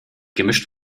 gemischt